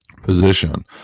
Position